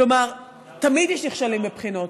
כלומר, תמיד יש נכשלים בבחינות.